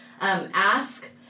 Ask